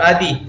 Adi